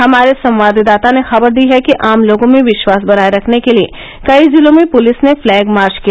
हमारे संवाददाता ने खबर दी है कि आम लोगों में विश्वास बनाए रखने के लिए कई जिलों में पुलिस ने फ्लैगमार्च किया